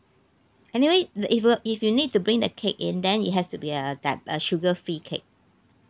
anyway if uh if you need to bring the cake in then it has to be a dia~ a sugar free cake